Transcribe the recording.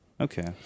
Okay